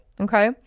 okay